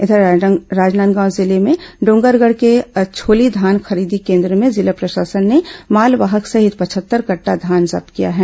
इधर राजनांदगांव जिले में डोंगरगढ़ के अछोली धान खरीदी केन्द्र में जिला प्रशासन ने मालवाहक सहित पचहत्तर कटटा धान जब्त किया है